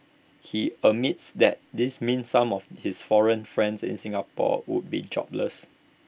he admits that this means some of his foreign friends in Singapore would be jobless